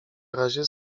razie